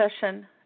session